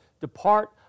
depart